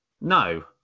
No